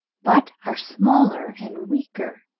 but are smaller and weaker.